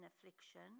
affliction